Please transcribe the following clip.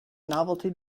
novelty